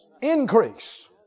Increase